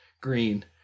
green